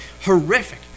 horrific